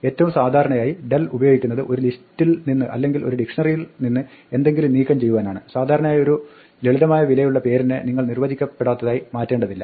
ഏറ്റവും സാധാരണയായി ഡെൽ ഉപയോഗിക്കുന്നത് ഒരു ലിസ്റ്റിൽ നിന്ന് അല്ലെങ്കിൽ ഒരു ഡിക്ഷ്ണറിയിൽ നിന്ന് എന്തെങ്കിലും നീക്കം ചെയ്യുവാനാണ് സാധാരണയായി ഒരു ലളിതമായ വിലയുള്ള പേരിനെ നിങ്ങൾ നിർവ്വചിക്കപ്പെടാത്തതായി മാറ്റേണ്ടതില്ല